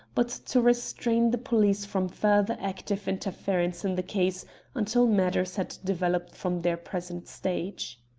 but to restrain the police from further active interference in the case until matters had developed from their present stage.